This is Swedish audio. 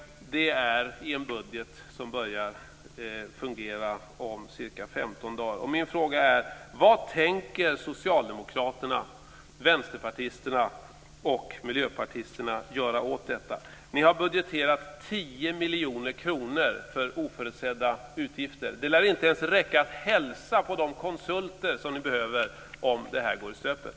Det handlar om en budget som börjar fungera om ca 15 Ni har budgeterat 10 miljoner kronor för oförutsedda utgifter. Det lär inte ens räcka för att hälsa på de konsulter som ni behöver om detta går i stöpet.